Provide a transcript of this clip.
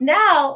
now